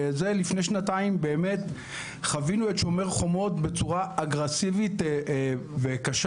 לפני שנתיים באמת חווינו את "שומר חומות" בצורה אגרסיבית וקשה.